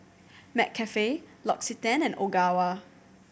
McCafe L'Occitane and Ogawa